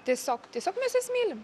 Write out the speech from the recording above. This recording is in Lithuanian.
tiesiog tiesiog mes juos mylim